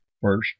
First